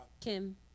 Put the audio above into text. Kim